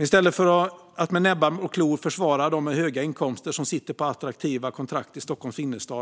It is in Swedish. I stället för att med näbbar och klor försvara dem med höga inkomster som sitter på attraktiva kontrakt